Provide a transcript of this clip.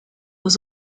was